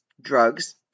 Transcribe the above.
drugs